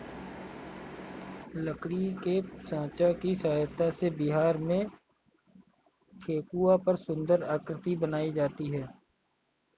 लकड़ी के साँचा की सहायता से बिहार में ठेकुआ पर सुन्दर आकृति बनाई जाती है